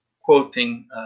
quoting